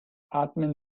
atmen